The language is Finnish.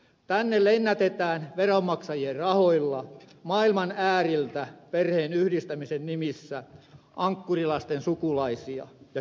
tänne lennätetään veronmaksajien rahoilla maailman ääriltä perheen yhdistämisen nimissä ankkurilasten sukulaisia ja kylänmiehiä